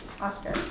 Oscar